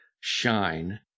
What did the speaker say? shine